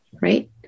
right